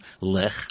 Lech